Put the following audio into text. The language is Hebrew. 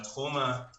לגבי התחום התעסוקתי.